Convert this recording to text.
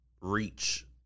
reach